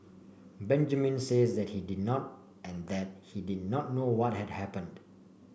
Benjamin says that he did not and that he did not know what had happened